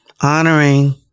honoring